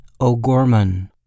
O'Gorman